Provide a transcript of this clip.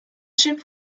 ship